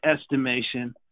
estimation